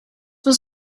was